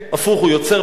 הוא יוצר בעיה,